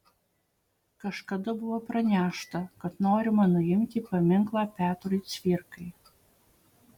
kažkada buvo pranešta kad norima nuimti paminklą petrui cvirkai